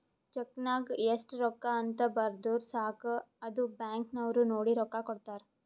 check ನಾಗ್ ಎಸ್ಟ್ ರೊಕ್ಕಾ ಅಂತ್ ಬರ್ದುರ್ ಸಾಕ ಅದು ಬ್ಯಾಂಕ್ ನವ್ರು ನೋಡಿ ರೊಕ್ಕಾ ಕೊಡ್ತಾರ್